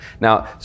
Now